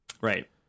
Right